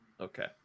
Okay